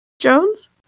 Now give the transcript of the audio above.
Jones